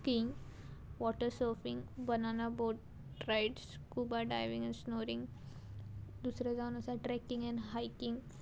skiing water surfing banana boat rides scuba diving and snorkelling दुसरें जावन आसा trekking and hiking